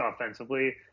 offensively